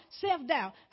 self-doubt